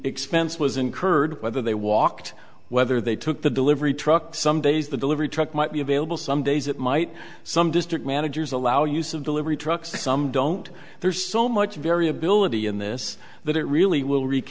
expense was incurred whether they walked whether they took the delivery truck some days the delivery truck might be available some days it might some district managers allow use of delivery trucks some don't there's so much variability in this that it really will wreak